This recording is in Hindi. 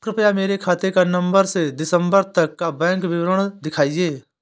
कृपया मेरे खाते का नवम्बर से दिसम्बर तक का बैंक विवरण दिखाएं?